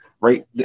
right